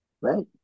Right